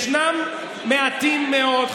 ישנם מעטים מאוד,